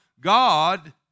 God